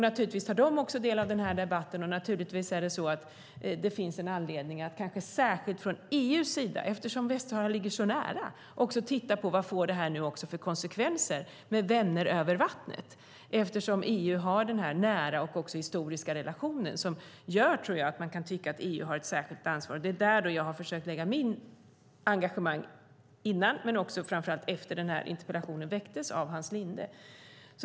Naturligtvis tar även Sida del av den här debatten, och naturligtvis finns det en anledning att kanske särskilt från EU:s sida - eftersom Västsahara ligger så nära - titta på vilka konsekvenser det får, med vänner över vattnet. EU har ju en nära och historisk relation som gör att man kan tycka att EU har ett särskilt ansvar. Det är där jag har försökt lägga mitt engagemang innan men framför allt efter att den här interpellationen väcktes av Hans Linde.